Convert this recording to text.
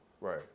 right